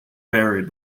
buried